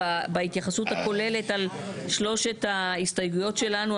בהתייחסות הכוללת על שלושת ההסתייגויות שלנו,